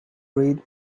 read